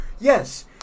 Yes